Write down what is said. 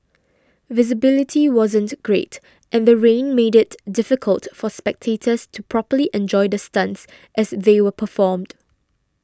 visibility wasn't great and the rain made it difficult for spectators to properly enjoy the stunts as they were performed